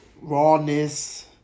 rawness